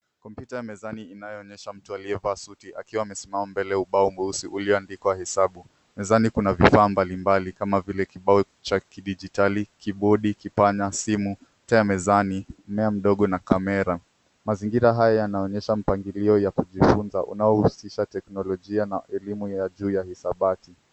Kompyuta ya mezani inayoonyesha mtu aliyevaa suti akiwa amesimama mbele ya ubao mweusi uliyoandikwa hesabu. Mezani kuna vifaa mbalimbali kama vile kibao cha kidijitali, kibodi, kipanya, simu, taa ya mezani, mmea mdogo na kamera. Mazingira haya yanaonyesha mpangilio ya kujifunza unaohusisha teknolojia na elimu ya juu ya hesabati.